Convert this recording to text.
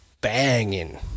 banging